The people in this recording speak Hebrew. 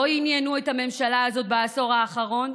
לא עניינו את הממשלה הזאת בעשור האחרון.